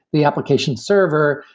the application server,